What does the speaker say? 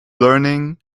learning